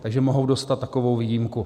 Takže mohou dostat takovou výjimku.